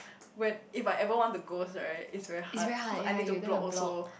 when if I ever want to go right is very hard cause I need to block also